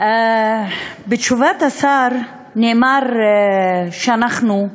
בתשובת השר נאמר שאנחנו,